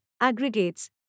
aggregates